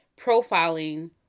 profiling